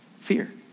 fear